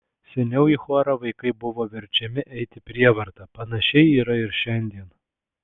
seniau į chorą vaikai buvo verčiami eiti prievarta panašiai yra ir šiandien